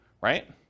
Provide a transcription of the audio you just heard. right